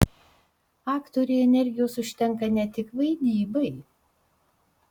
aktorei energijos užtenka ne tik vaidybai